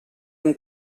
hem